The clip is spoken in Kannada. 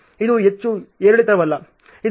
ಇದು ಹೆಚ್ಚು ಏರಿಳಿತವಲ್ಲ